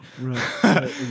Right